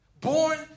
Born